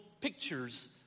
pictures